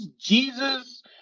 Jesus